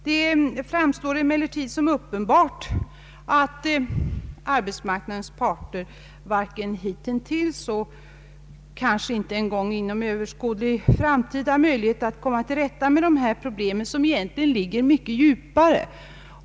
Det framstår emellertid som uppenbart att arbetsmarknadens parter hittills inte haft någon möjlighet, eller kanske inte en gång inom överskådlig framtid får någon möjlighet att komma till rätta med dessa problem som egentligen ligger mycket djupare.